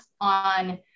on